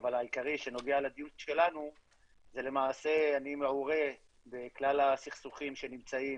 אבל העיקרי שנוגע לדיון שלנו זה למעשה אני מעורה בכלל הסכסוכים שנמצאים